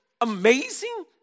amazing